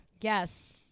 Yes